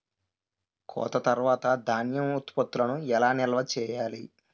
కోత తర్వాత ధాన్యం ఉత్పత్తులను ఎలా నిల్వ చేయాలి?